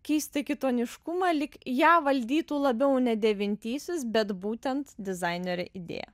keistą kitoniškumą lyg ją valdytų labiau ne dėvintysis bet būtent dizainerio idėja